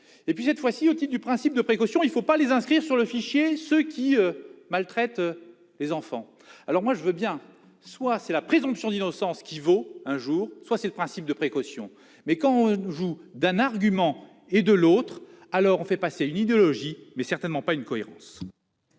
et puis cette fois-ci autour du principe de précaution, il ne faut pas les inscrire sur le fichier ceux qui maltraitent les enfants, alors moi je veux bien, soit c'est la présomption d'innocence qui vaut un jour soit c'est le principe de précaution mais quand ne joue d'un argument et de l'autre, alors on fait passer une idéologie, mais certainement pas une cohérence.